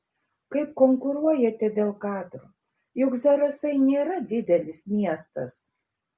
kaip konkuruojate dėl kadro juk zarasai nėra didelis miestas